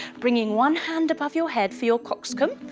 bringing one hand above your head for your cockscomb,